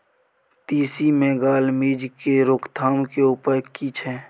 तिसी मे gall midge के रोकथाम के उपाय की छै?